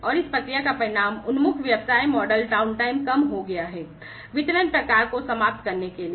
और इस प्रक्रिया का परिणाम उन्मुख व्यवसाय मॉडल डाउनटाइम कम हो गया है वितरण प्रकार को समाप्त करने के कारण